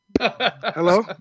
Hello